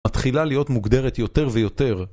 מתחילה להיות מוגדרת יותר ויותר